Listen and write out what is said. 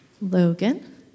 Logan